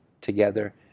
together